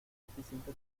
suficiente